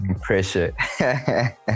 pressure